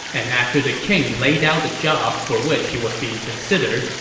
and after the king laid out the job for which he was being considered,